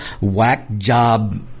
whack-job